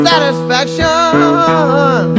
satisfaction